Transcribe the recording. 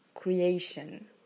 creation